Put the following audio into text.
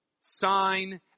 Sign